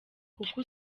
kuko